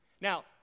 Now